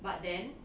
but then